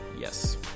Yes